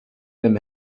them